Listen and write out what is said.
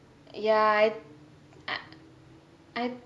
ya I I